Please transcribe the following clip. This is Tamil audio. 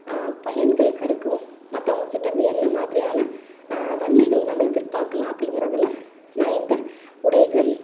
பயன்கள் கிடைக்கும் மற்றவங்கக்கிட்டருந்து என்ன மாதிரியான நன்மைகள் நம்ம எதிர்பார்க்கலாம் அப்படிங்கிறதுல நான் இந்த உடைகள்